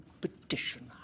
petition